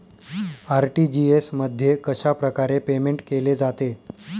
RTGS मध्ये कशाप्रकारे payment केले जाते?